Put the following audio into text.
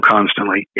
Constantly